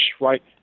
right